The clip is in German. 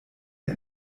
der